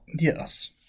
Yes